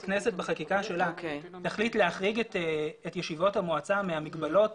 הכנסת בחקיקה שלה להחריג את ישיבות המועצה מהמגבלות